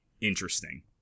interesting